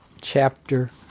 chapter